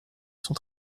son